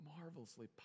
marvelously